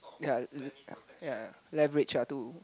ya ya leverage ah to